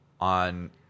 on